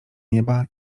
nieba